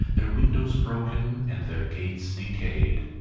their windows broken, and their gates decayed.